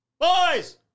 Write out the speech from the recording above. Boys